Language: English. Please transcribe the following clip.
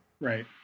Right